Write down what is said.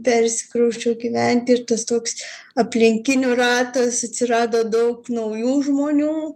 persikrausčiau gyventi ir tas toks aplinkinių ratas atsirado daug naujų žmonių